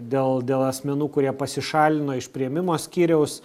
dėl dėl asmenų kurie pasišalino iš priėmimo skyriaus